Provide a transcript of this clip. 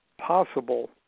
possible